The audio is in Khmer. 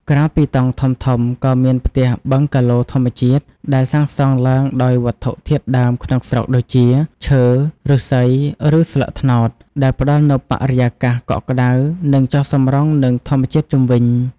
ក្រៅពីតង់ធំៗ ក៏មាន ផ្ទះបឹងកាឡូធម្មជាតិ ដែលសាងសង់ឡើងដោយវត្ថុធាតុដើមក្នុងស្រុកដូចជា ឈើ ឫស្សី ឬស្លឹកត្នោត ដែលផ្តល់នូវបរិយាកាសកក់ក្តៅ និងចុះសម្រុងនឹងធម្មជាតិជុំវិញ។